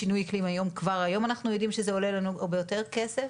בשינוי האקלים כבר היום שזה עולה לנו הרבה יותר כסף.